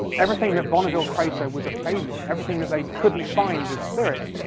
everything that bonneville crater was a failure, everything that they couldn't find with spirit,